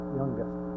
youngest